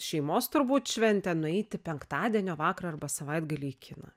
šeimos turbūt šventė nueiti penktadienio vakarą arba savaitgalį į kiną